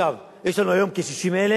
יש לנו היום כ-60,000